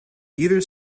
either